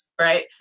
right